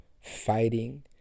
fighting